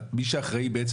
מי שאחראי בעצם,